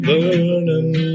Burning